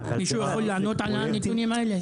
מישהו יכול לענות על הנתונים האלה?